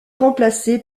remplacé